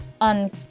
on